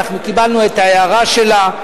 קיבלנו את ההערה שלה,